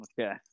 Okay